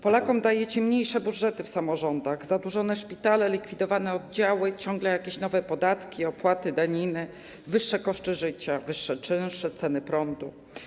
Polakom dajecie mniejsze budżety w samorządach, zadłużone szpitale, likwidowane oddziały, ciągle jakieś nowe podatki, opłaty, daniny, wyższe koszty życia, wyższe czynsze i ceny prądu.